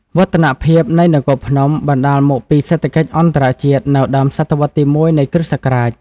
វឌ្ឍនភាពនៃនគរភ្នំ បណ្តាលមកពីសេដ្ឋកិច្ចអន្តរជាតិ នៅដើមសតវត្សរ៍ទី១ នៃគ្រិស្តសករាជ។